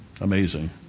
amazing